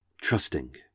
trusting